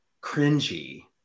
cringy